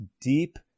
deep